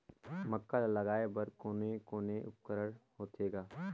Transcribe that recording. मक्का ला लगाय बर कोने कोने उपकरण होथे ग?